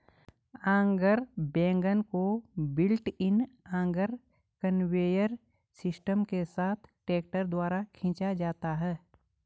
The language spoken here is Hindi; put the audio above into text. ऑगर वैगन को built in auger conveyor system के साथ ट्रैक्टर द्वारा खींचा जाता है